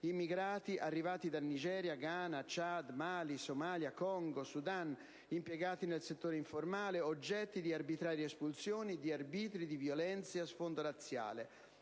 immigrati arrivati da Nigeria, Ghana, Ciad, Mali, Somalia, Congo, Sudan, impiegati nel settore informale, oggetti di arbitrarie espulsioni, di arbitri, di violenze a sfondo razziale.